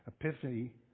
Epiphany